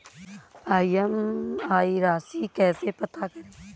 EMI राशि कैसे पता करें?